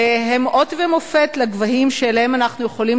והם אות ומופת לגבהים שאליהם אנחנו יכולים